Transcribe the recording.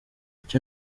icyo